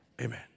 Amen